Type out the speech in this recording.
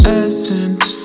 essence